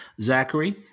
Zachary